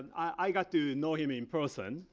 i got to know him in person.